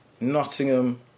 nottingham